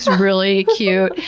um really cute.